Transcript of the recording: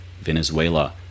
Venezuela